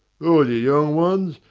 all you young ones,